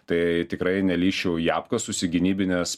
tai tikrai nelįsčiau į apkasus į gynybines